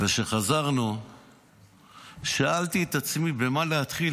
וכשחזרנו שאלתי את עצמי במה להתחיל,